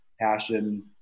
passion